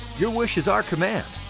your wish is our command.